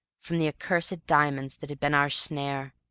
from the accursed diamonds that had been our snare,